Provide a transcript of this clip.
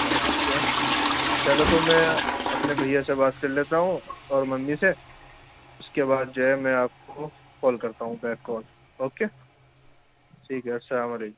اچھا چلو تو میں اپنے بھیا سے بات کر لیتا ہوں اور ممی سے اس کے بعد جو ہے میں آپ کو کال کرتا ہوں بیک کال اوکے ٹھیک ہے السلام علیکم